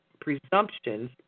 presumptions